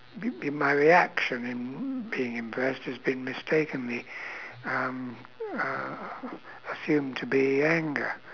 be~ be~ my reaction and being impressed has been mistakenly um uh assumed to be anger